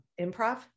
Improv